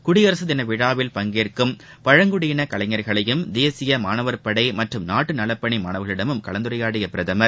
குடியரசு தின விழாவில் பங்கேற்கும் பழங்குடியின கலைஞர்களையும் தேசிய மாணவர் படை மற்றும் நாட்டு நலப்பணி மாணவர்களிடமும் கலந்துரையாடிய பிரதமர்